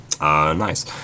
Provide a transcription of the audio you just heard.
nice